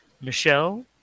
michelle